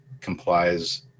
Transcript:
complies